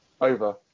Over